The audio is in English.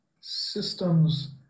systems